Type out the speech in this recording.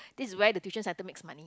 this is where the tuition center makes money